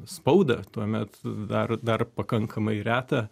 spaudą tuomet dar dar pakankamai retą